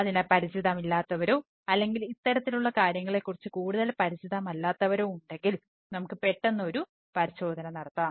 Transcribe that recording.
അതിനാൽ പരിചിതമല്ലാത്തവരോ അല്ലെങ്കിൽ ഇത്തരത്തിലുള്ള കാര്യങ്ങളെക്കുറിച്ച് കൂടുതൽ പരിചിതമല്ലാത്തവരോ ഉണ്ടെങ്കിൽ നമുക്ക് പെട്ടെന്ന് ഒരു പരിശോധന നടത്താം